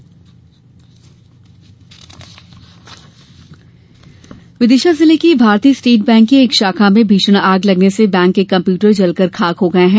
bank आग विदिशा जिले की भारतीय स्टेट बैंक की एक शाखा में भीषण आग लगने से बैंक के कम्प्यूटर जलकर खाक हो गये हैं